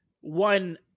one